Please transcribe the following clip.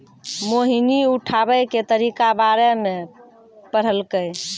मोहिनी उठाबै के तरीका बारे मे पढ़लकै